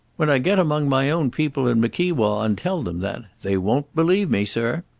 when i get among my own people in mickewa and tell them that they won't believe me, sir.